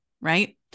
Right